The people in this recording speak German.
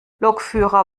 lokführer